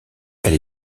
elle